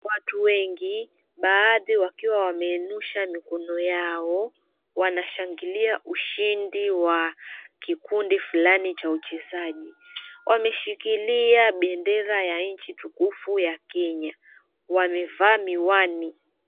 Watu wengi, baadhi wakiwa wameinusha mikono yao, wanashangilia ushindi wa kikundi fulani cha uchezaji. Wameshikilia bendera ya nchi tukufu ya Kenya, wamevaa miwani.